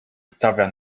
stawia